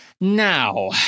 Now